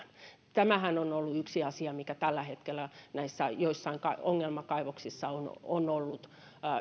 tämähän on ollut yksi asia mikä tällä hetkellä näissä joissain ongelmakaivoksissa on on ollut